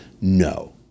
No